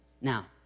Now